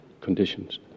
conditions